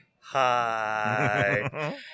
hi